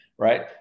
Right